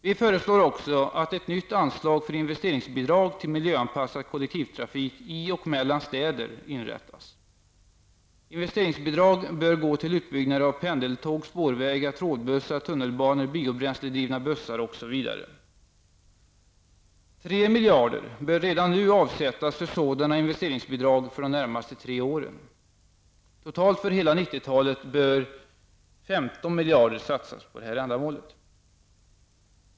Vi föreslår också att ett nytt anslag för investeringsbidrag till miljöanpassad kollektivtrafik i och mellan städer inrättas. Investeringsbidrag bör gå till utbyggnader av pendeltåg, spårvägar, trådbussar, tunnelbanor, biobränsledrivna bussar osv. 3 miljarder bör redan nu avsättas för sådana investeringsbidrag under de närmaste tre åren. Totalt för hela 1990-talet bör 15 miljarder satsas för detta ändamål.